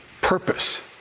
purpose